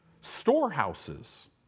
storehouses